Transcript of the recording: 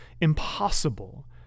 impossible